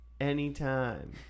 anytime